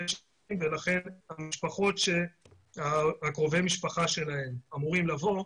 ולכן המשפחות שקרובי המשפחה שלהם אמורים לבוא,